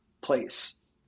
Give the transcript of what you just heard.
place